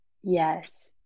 Yes